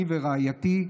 אני ורעייתי,